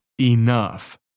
enough